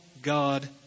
God